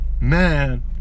man